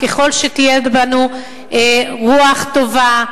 ככל שיהיו בנו רוח טובה,